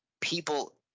people